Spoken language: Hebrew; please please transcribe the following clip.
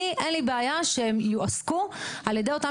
אני אין לי בעיה שהם יועסקו על ידי אותם